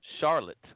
Charlotte